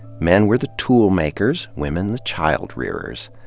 men were the tool makers, women the child rearers.